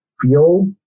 feel